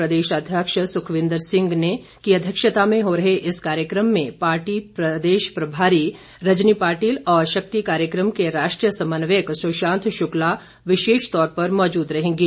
प्रदेशाध्यक्ष सुखविंदर सिंह सुक्ख् की अध्यक्षता में हो रहे इस कार्यक्रम में पार्टी प्रदेश प्रभारी रजनी पाटिल और शक्ति कार्यक्रम के राष्ट्रीय समन्वयक सुशांत शुक्ला विशेष तौर पर मौजूद रहेंगे